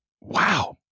Wow